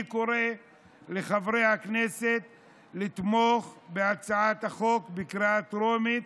אני קורא לחברי הכנסת לתמוך בהצעת החוק בקריאה הטרומית,